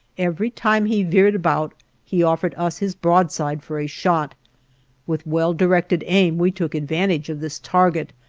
every time he veered about he offered us his broadside for a shot with well-directed aim we took advantage of this target,